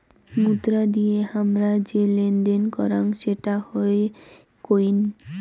মুদ্রা দিয়ে হামরা যে লেনদেন করাং সেটা হই কোইন